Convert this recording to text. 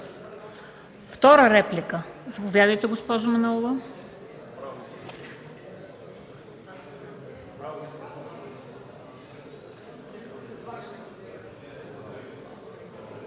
Втора реплика? Заповядайте, госпожо Манолова.